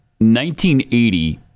1980